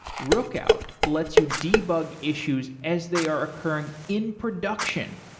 rookout lets you debug issues as they are occurring in production.